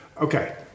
Okay